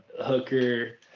Hooker